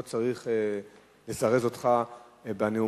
לא צריך לזרז אותך בנאומים.